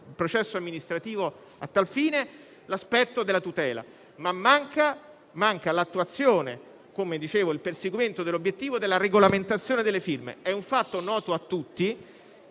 il processo amministrativo - l'aspetto della tutela, ma mancano l'attuazione e il perseguimento dell'obiettivo della regolamentazione delle firme. È un fatto noto a tutti